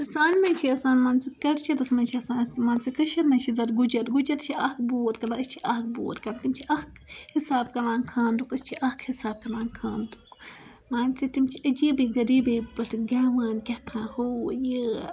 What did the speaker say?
تہٕ سانہِ منٛز چھِ آسان مان ژٕ منٛز چھِ آسان مان ژٕ کٔشیٖرِ منٛز چھِ زیادٕ گُجَر گُجَر چھِ اَکھ بوٗت أسۍ چھِ اَکھ بوٗت تِم چھِ اَکھ حِسابہٕ کَران خانٛدرُک أسۍ چھِ اَکھ حِسابہٕ کَران خانٛدرُک مان ژٕ تِم چھِ عٔجیٖبٕے غریٖبٕے پٲٹھۍ گٮ۪وان کیٛاہتام ہوٗ یہِ